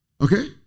Okay